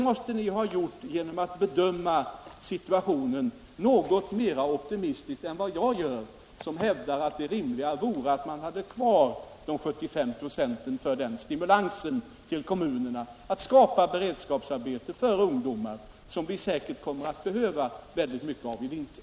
Då ni gjorde det måste ni ha bedömt situationen något mer optimistiskt än jag, som hävdar att det rimliga vore att ha kvar 75 96 som stimulans för kommunerna att skapa beredskapsarbeten för ungdomar. Vi kommer säkert att behöva ha mycket sådant beredskapsarbete i vinter.